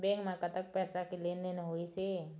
Bank म कतक पैसा के लेन देन होइस हे?